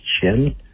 chin